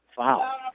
Wow